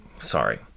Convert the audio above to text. Sorry